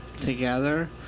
together